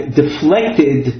deflected